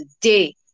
day